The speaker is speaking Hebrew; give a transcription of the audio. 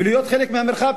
ולהיות חלק מהמרחב,